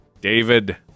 David